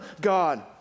God